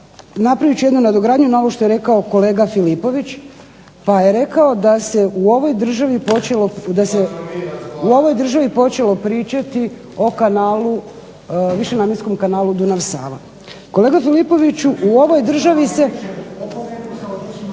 napravit ću jednu nadogradnju na ovo što je rekao kolega Filipović. Pa je rekao da se u ovoj državi počelo pričati o višenamjenskom kanalu Dunav-Sava. Kolega Filipoviću u ovoj državi se